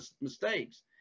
mistakes